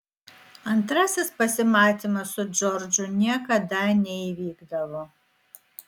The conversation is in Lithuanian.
antrasis pasimatymas su džordžu niekada neįvykdavo